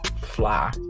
fly